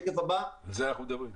בשקף הבא: לפי הסקר,